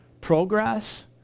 progress